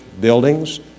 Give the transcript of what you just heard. buildings